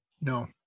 No